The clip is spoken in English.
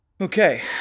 Okay